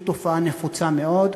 היא תופעה נפוצה מאוד.